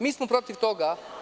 Mi smo protiv toga.